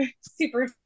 super